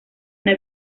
una